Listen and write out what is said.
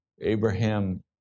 Abraham